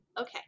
Okay